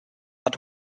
but